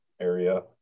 area